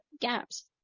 gaps